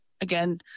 again